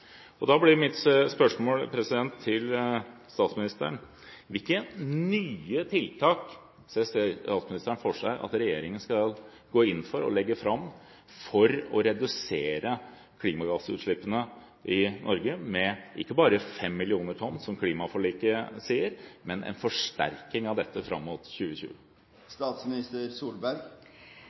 Da blir mitt spørsmål til statsministeren: Hvilke nye tiltak ser statsministeren for seg at regjeringen skal gå inn for og legge fram for å redusere klimagassutslippene i Norge, ikke bare med fem millioner tonn, som klimaforliket sier, men en forsterking av dette fram mot